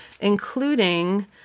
including